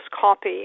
copy